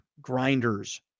grinders